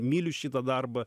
myliu šitą darbą